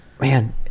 Man